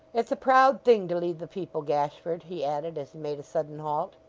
it's a proud thing to lead the people, gashford he added as he made a sudden halt.